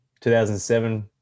2007